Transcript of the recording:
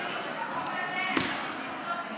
(הישיבה נפסקה בשעה 04:50 ונתחדשה בשעה 11:00.) בוקר טוב.